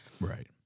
Right